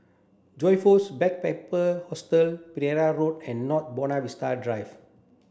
Joyfor's Backpacker Hostel Pereira Road and North Buona Vista Drive